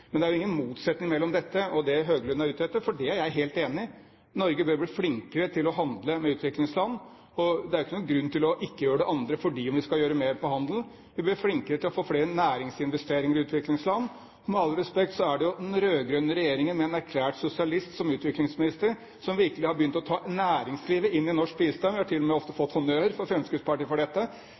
Det er ingen motsetning mellom dette og det Høglund er ute etter. Jeg er helt enig i at Norge bør bli flinkere til å handle med utviklingsland. Men det er ikke noen grunn til ikke å gjøre det andre selv om vi skal gjøre mer på handel. Vi bør bli flinkere til å få flere næringsinvesteringer i utviklingsland. Med all respekt så er det jo den rød-grønne regjeringen med en erklært sosialist som utviklingsminister som virkelig har begynt å ta næringslivet inn i norsk bistand. Vi har til og med ofte fått honnør fra Fremskrittspartiet for dette.